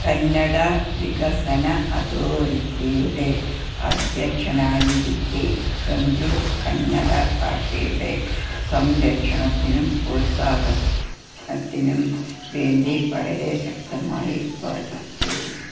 കന്നഡ വികസന അതോറിറ്റിയുടെ അധ്യക്ഷനായിരിക്കെ ചന്ദ്രു കന്നഡ ഭാഷയുടെ സംരക്ഷണത്തിനും പ്രോത്സാഹനത്തിനും വേണ്ടി വളരെ ശക്തമായി വാദിച്ചു